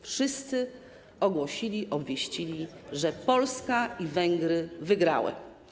Wszyscy ogłosili, obwieścili, że Polska i Węgry wygrały.